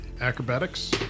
Acrobatics